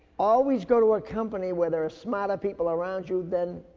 always go to a company where there're smarter people around you than,